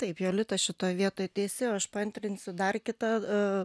taip jolita šitoj vietoj teisi o aš paantrinsiu dar kitą